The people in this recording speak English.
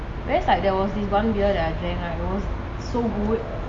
whereas like there was like there was this one beer that I drank right it was so good